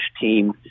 team